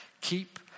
keep